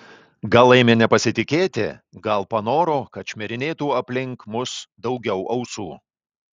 gal ėmė nepasitikėti gal panoro kad šmirinėtų aplink mus daugiau ausų